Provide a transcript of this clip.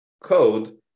code